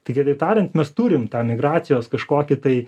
tai kitaip tariant mes turim tą migracijos kažkokį tai